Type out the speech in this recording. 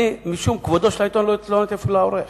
משום כבודו של העיתון אני אפילו לא התלוננתי לפני העורך.